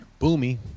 Boomy